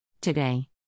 Today